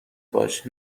باش